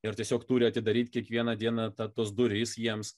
ir tiesiog turi atidaryt kiekvieną dieną ta tos duris jiems